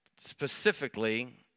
specifically